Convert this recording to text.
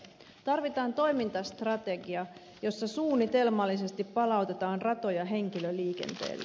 tarvitaan toimintastrategia jossa suunnitelmallisesti palautetaan ratoja henkilöliikenteelle